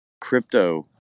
crypto